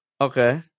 okay